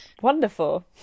Wonderful